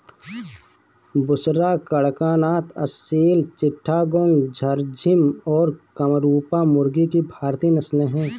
बुसरा, कड़कनाथ, असील चिट्टागोंग, झर्सिम और कामरूपा मुर्गी की भारतीय नस्लें हैं